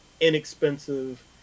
inexpensive